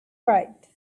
right